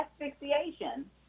asphyxiation